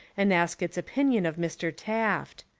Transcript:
and ask its opinion of mr. taft.